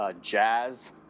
jazz